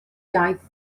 iaith